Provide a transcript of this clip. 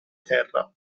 terra